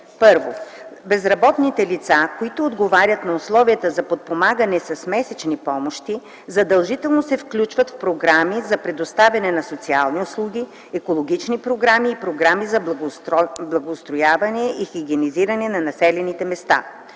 (1) Безработните лица, които отговарят на условията за подпомагане с месечни помощи, задължително се включват в програми за предоставяне на социални услуги, екологични програми и програми за благоустрояване и хигиенизиране на населените места.